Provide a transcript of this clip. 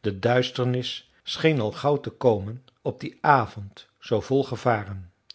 de duisternis scheen al gauw te komen op dien avond z vol gevaren